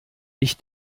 ich